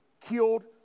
killed